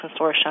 Consortium